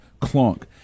clunk